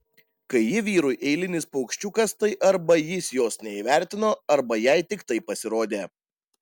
kai ji vyrui eilinis paukščiukas tai arba jis jos neįvertino arba jai tik taip pasirodė